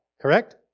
Correct